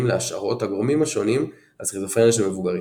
להשערות הגורמים השונים על סכיזופרניה של מבוגרים.